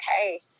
okay